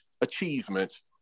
achievements